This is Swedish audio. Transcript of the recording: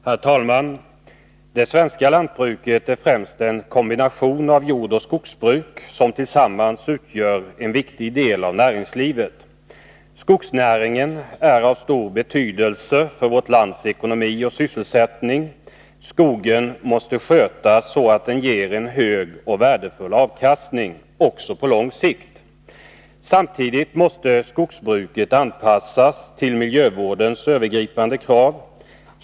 Herr talman! Det svenska lantbruket är främst en kombination av jordoch skogsbruk, som tillsammans utgör en viktig del av näringslivet. Skogsnäringen är av stor betydelse för vårt lands ekonomi och sysselsättning. Skogen måste skötas så, att den ger hög och värdefull avkastning också på lång sikt. Samtidigt måste skogsbruket anpassas till miljövårdens övergripande krav.